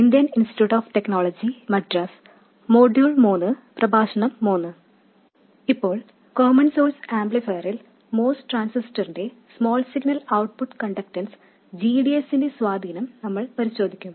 ഇപ്പോൾ common source ആംപ്ലിഫയറിൽ MOS ട്രാൻസിസ്റ്ററിന്റെ small signal output conductance g d s ന്റെ സ്വാധീനം നമ്മൾ പരിശോധിക്കും